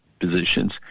positions